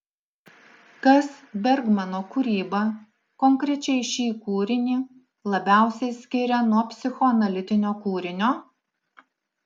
kas bergmano kūrybą konkrečiai šį kūrinį labiausiai skiria nuo psichoanalitinio kūrinio